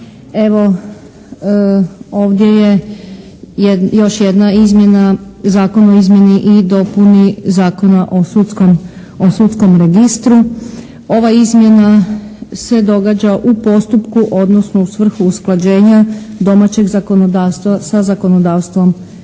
evo ovdje je još jedna izmjena, Zakon o izmjeni i dopuni Zakona o sudskom, o sudskom registru. Ova izmjena se događa u postupku odnosno u svrhu usklađenja domaćeg zakonodavstva sa zakonodavstvom Europske